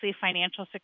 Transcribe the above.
financial